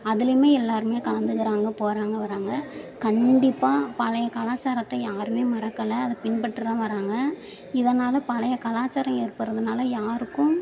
அதிலயுமே எல்லோருமே கலந்துக்கிறாங்க போகிறாங்க வராங்க கண்டிப்பாக பழைய கலாச்சாரத்தை யாரும் மறக்கலை அதை பின்பற்றி தான் வராங்க இதனால் பழைய கலாச்சாரம் ஏற்படுகிறதுனால யாருக்கும்